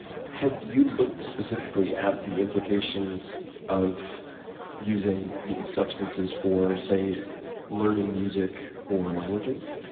have you looked specifically at the implications of using these substances for say learning music or languages?